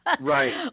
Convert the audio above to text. right